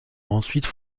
ensuite